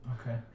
Okay